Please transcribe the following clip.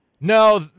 no